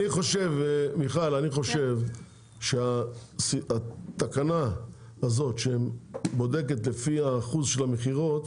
מיכל אני חושב שהתקנה הזו שבודקת לפי אחוזי המכירות,